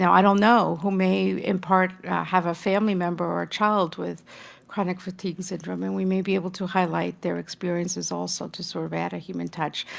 i don't know, who may in part have a family member or child with chronic fatigue syndrome, and we may be able to highlight their experiences also to sort of add a human touch.